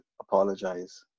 apologize